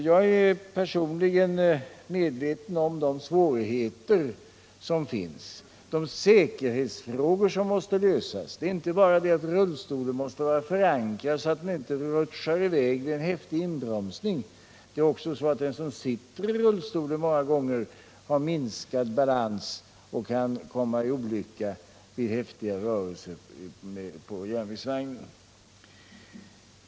Jag är personligen medveten om de svårigheter som finns, de säkerhetsfrågor som måste lösas. Det är inte bara det att rullstolen måste vara förankrad så att den inte rutschar i väg vid en häftig inbromsning, dessutom har den som sitter i rullstolen många gånger minskad balans och kan komma att råka ut för en olycka.